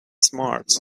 smart